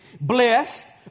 Blessed